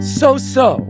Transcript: so-so